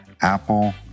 Apple